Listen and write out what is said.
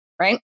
Right